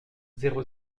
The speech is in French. zéro